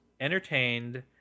entertained